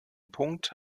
punkt